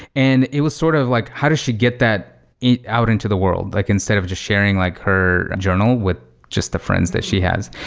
and it was sort of like how does she get that out into the world? like instead of just sharing like her journal with just the friends that she has.